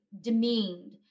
demeaned